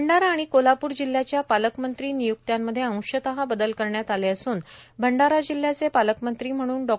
भंडारा आणि कोल्हाप्र जिल्ह्याच्या पालकमंत्री निय्क्त्यांमध्ये अंशत बदल करण्यात आले असून भंडारा जिल्ह्याचे पालकमंत्री म्हणून डॉ